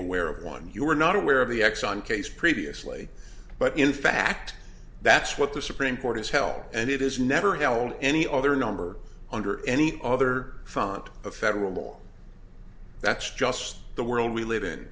aware of one you were not aware of the exxon case previously but in fact that's what the supreme court is hell and it is never held any other number under any other front a federal law that's just the world we live in